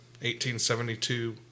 1872